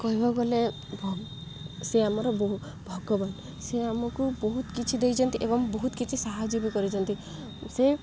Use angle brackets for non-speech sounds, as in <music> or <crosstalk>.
କହିବାକୁ ଗଲେ <unintelligible> ସେ ଆମର ବହୁ ଭଗବାନ ସେ ଆମକୁ ବହୁତ କିଛି ଦେଇଛନ୍ତି ଏବଂ ବହୁତ କିଛି ସାହାଯ୍ୟ ବି କରିଛନ୍ତି ସେ